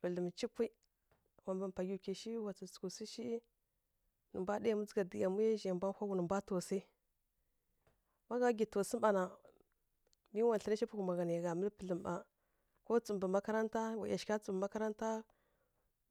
Pǝdlǝm cipyi, wa mpǝmpa gyiw kyi shi, wa tsǝghǝtǝghǝ swu shi nǝ mbwa ɗa yamwi dzǝgha dǝghǝ yamwi zhai mbwa hwa ghui nǝ mbwa taw swi. Má gha gwi taw swu mma na mi wa thlǝnǝ shi kuma gha na nǝ gha mǝlǝ pǝdlǝm ma, ko tsǝw mbǝ makaranta, wa ˈyashigha tsǝw mbǝ makaranta,